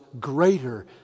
greater